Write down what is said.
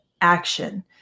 action